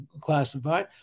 classified